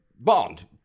Bond